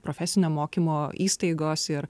profesinio mokymo įstaigos ir